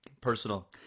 personal